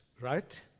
right